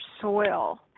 soil